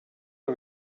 are